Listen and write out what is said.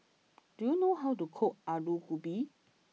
do you know how to cook Alu Gobi